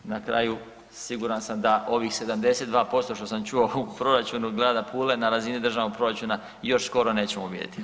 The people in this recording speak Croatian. Na kraju siguran sam da ovih 72% što sam čuo u proračunu grada Pule na razini državnog proračuna još skoro nećemo vidjeti.